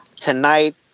tonight